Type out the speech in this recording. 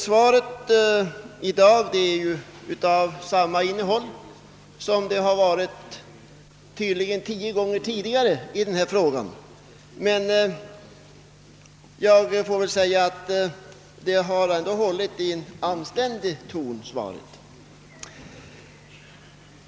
Svaret i dag är tydligen av samma innehåll som tio gånger tidigare i denna fråga, men jag vill säga att det ändå är hållet i en anständig ton.